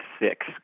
six